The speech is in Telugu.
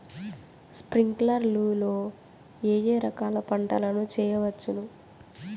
స్ప్రింక్లర్లు లో ఏ ఏ రకాల పంటల ను చేయవచ్చును?